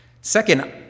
Second